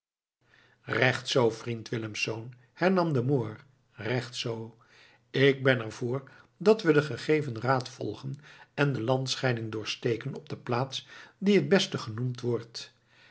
recht zoo vriend willemsz hernam de moor recht zoo ik ben er voor dat we den gegeven raad volgen en de landscheiding doorsteken op de plaats die de beste genoemd wordt